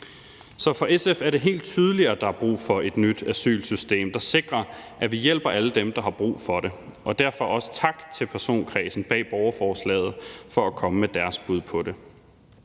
Så for SF er det helt tydeligt, at der er brug for et nyt asylsystem, der sikrer, at vi hjælper alle dem, der har brug for det. Og derfor også tak til personkredsen bag borgerforslaget for at komme med deres bud på det.